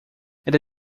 era